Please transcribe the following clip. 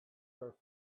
are